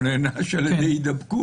הוא נענש על ידי הידבקות.